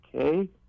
okay